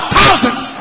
thousands